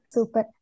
Super